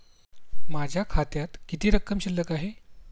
माझ्या खात्यात किती रक्कम शिल्लक आहे?